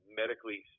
medically